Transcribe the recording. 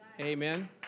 Amen